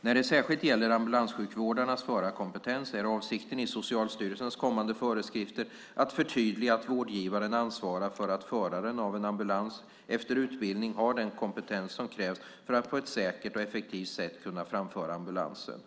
När det särskilt gäller ambulanssjukvårdarnas förarkompetens är avsikten i Socialstyrelsens kommande föreskrifter att förtydliga att vårdgivaren ansvarar för att föraren av en ambulans efter utbildning har den kompetens som krävs för att på ett säkert och effektivt sätt kunna framföra ambulansen.